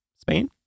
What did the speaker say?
Spain